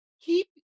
Keep